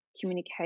communicate